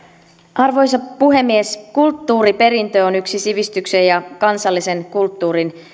arvoisa puhemies kulttuuriperintö on yksi sivistyksen ja kansallisen kulttuurin